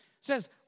says